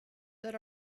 that